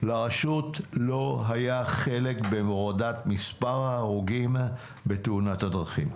לרשות לא היה חלק בהורדת מספר ההרוגים בתאונות הדרכים.